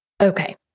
Okay